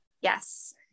Yes